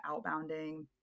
outbounding